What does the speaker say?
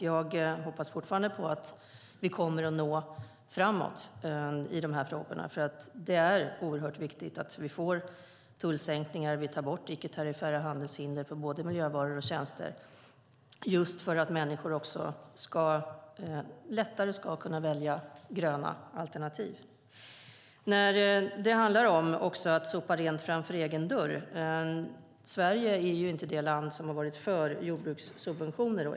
Jag hoppas fortfarande på att vi kommer att nå framåt i de frågorna. Det är oerhört viktigt att vi får tullsänkningar och att vi tar bort icke tariffära handelshinder på både miljövaror och miljötjänster just för att människor lättare ska kunna välja gröna alternativ. När det handlar om att sopa rent framför egen dörr är Sverige inte det land som har varit för jordbrukssubventioner.